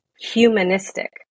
humanistic